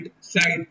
side